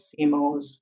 CMOs